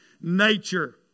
nature